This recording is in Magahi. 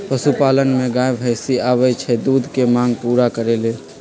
पशुपालन में गाय भइसी आबइ छइ दूध के मांग पुरा करे लेल